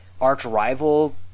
arch-rival